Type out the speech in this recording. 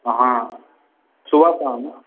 हँ सुबह शाम ने